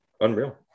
unreal